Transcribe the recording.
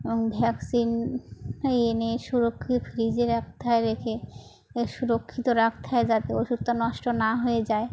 এবং ভ্যাকসিন এনে সুরক্ষিত ফ্রিজে রাখতে হয় রেখে সুরক্ষিত রাখতে হয় যাতে ওষুধটা নষ্ট না হয়ে যায়